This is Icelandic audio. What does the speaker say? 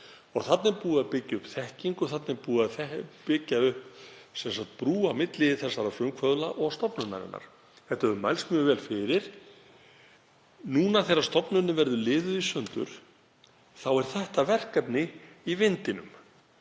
Þarna er búið að byggja upp þekkingu. Þarna er búið að byggja upp brú á milli þessara frumkvöðla og stofnunarinnar. Þetta hefur mælst mjög vel fyrir. Núna þegar stofnunin verður liðuð í sundur er þetta verkefni í vindinum.